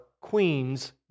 queen's